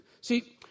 See